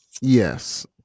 yes